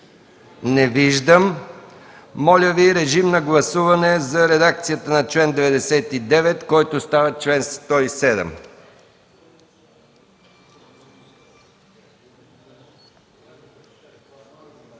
Не виждам. Моля Ви, режим на гласуване за редакцията на чл. 99, който става чл. 107.